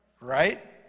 right